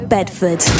Bedford